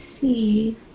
see